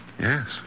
Yes